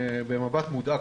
במבט מודאג,